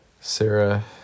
Sarah